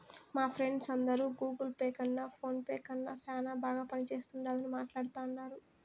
మా ఫ్రెండ్స్ అందరు Google Pay కన్న ఫోన్ పే నే సేనా బాగా పనిచేస్తుండాదని మాట్లాడతాండారు